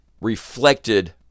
reflected